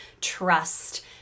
trust